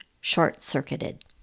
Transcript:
short-circuited